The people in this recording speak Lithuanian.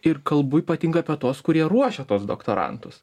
ir kalbu ypatingai apie tuos kurie ruošia tuos doktorantus